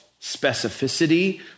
specificity